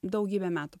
daugybę metų